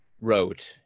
wrote